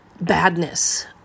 badness